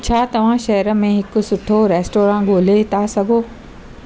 छा तव्हां शहर में हिक सुठो रेस्टोरां ॻोल्हे था सघो